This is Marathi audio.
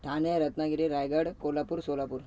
ठाणे रत्नागिरी रायगड कोल्हापूर सोलापूर